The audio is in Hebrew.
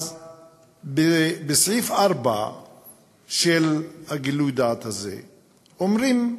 אז בסעיף 4 של גילוי הדעת הזה אומרים,